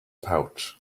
pouch